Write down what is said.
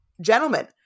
gentlemen